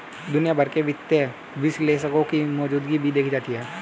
दुनिया भर में वित्तीय विश्लेषकों की मौजूदगी भी देखी जाती है